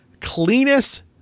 cleanest